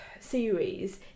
series